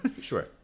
Sure